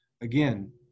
Again